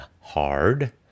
hard